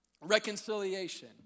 reconciliation